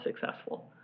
successful